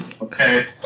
okay